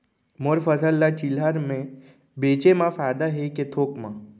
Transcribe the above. मोर फसल ल चिल्हर में बेचे म फायदा है के थोक म?